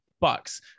Bucks